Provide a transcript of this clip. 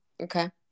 okay